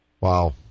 Wow